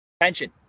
attention